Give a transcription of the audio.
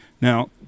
now